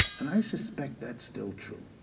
and i suspect that's still true.